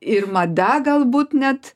ir mada galbūt net